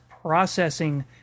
Processing